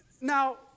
Now